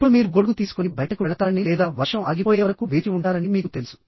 ఇప్పుడు మీరు గొడుగు తీసుకుని బయటకు వెళతారని లేదా వర్షం ఆగిపోయే వరకు వేచి ఉంటారని మీకు తెలుసు